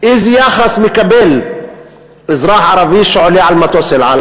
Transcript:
איזה יחס מקבל אזרח ערבי שעולה על מטוס "אל על"?